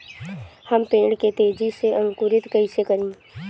हम पेड़ के तेजी से अंकुरित कईसे करि?